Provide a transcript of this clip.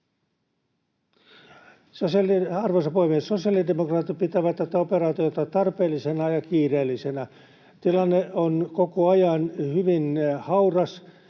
Arvoisa puhemies! Sosiaalidemokraatit pitävät tätä operaatiota tarpeellisena ja kiireellisenä. Tilanne on koko ajan hyvin hauras